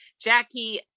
Jackie